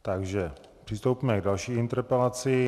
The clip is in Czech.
Takže přistoupíme k další interpelaci.